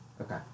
Okay